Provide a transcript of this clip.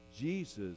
Jesus